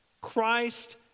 Christ